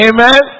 Amen